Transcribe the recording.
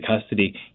custody